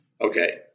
Okay